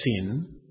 sin